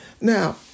Now